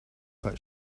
but